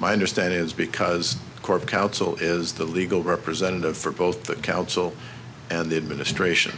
my understanding is because corp council is the legal representative for both the council and the administration